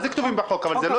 מה זה "כתובים בחוק"?